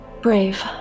brave